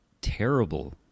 terrible